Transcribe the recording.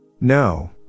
No